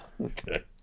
Okay